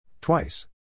Twice